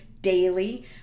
daily